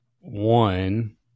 one